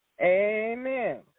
Amen